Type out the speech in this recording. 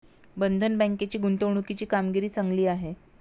बंधन बँकेची गुंतवणुकीची कामगिरी चांगली आहे